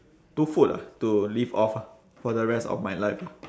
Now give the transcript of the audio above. two food ah to live off ah for the rest of my life